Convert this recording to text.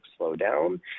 slowdown